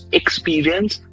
experience